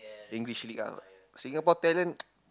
English League ah Singapore talent